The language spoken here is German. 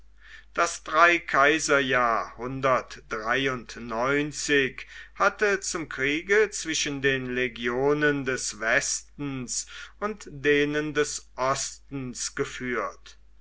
das drei kaiser hatte zum kriege zwischen den legionen des westens und denen des ostens geführt